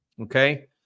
Okay